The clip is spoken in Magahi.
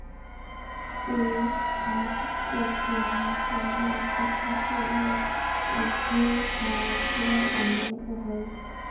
पेड़ भारत के इतिहास और लोक कथा के एगो अविभाज्य अंग हइ